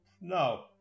No